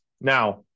Now